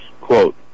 Quote